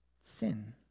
sin